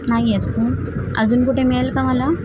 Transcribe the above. नाही आहेत का अजून कुठे मिळेल का मला